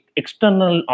external